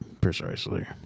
Precisely